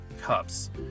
Cups